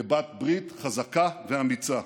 כבת-ברית חזקה ואמיצה.